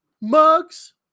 mugs